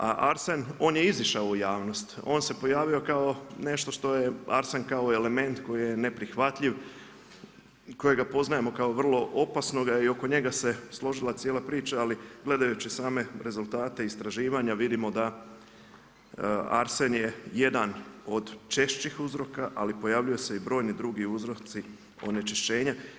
A arsen, on je izišao u javnost, on se pojavio kao nešto što je arsen kao element koji je neprihvatljiv, kojega poznajemo kao vrlo opasnoga i oko njega se složila cijela priča, ali gledajući same rezultate istraživanja, vidimo da arsen je jedan od češćih uzroka, ali pojavljuju se i brojni drugi uzroci onečišćenja.